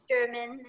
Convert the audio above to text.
German